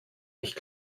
nicht